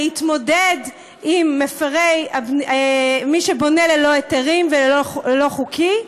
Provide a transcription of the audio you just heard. להתמודד עם מי שבונה ללא היתרים ולא חוקי,